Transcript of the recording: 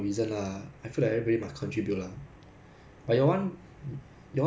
that time F_Y_P 没有 lah like 我 poly 的时候 F_Y_P 没有 peer evaluation